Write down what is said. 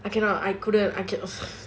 I cannot I couldn't I couldn't